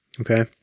okay